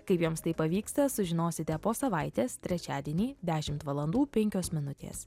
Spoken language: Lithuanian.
kaip jiems tai pavyksta sužinosite po savaitės trečiadienį dešimt valandų penkios minutės